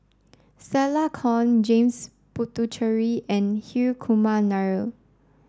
Stella Kon James Puthucheary and Hri Kumar Nair